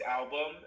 album